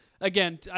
again